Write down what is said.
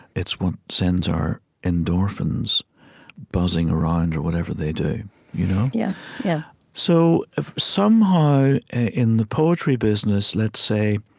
it's what sends our endorphins buzzing around or whatever they do you know yeah, yeah so, somehow, in the poetry business, let's say,